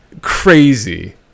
Crazy